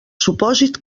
supòsit